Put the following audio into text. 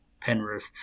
Penrith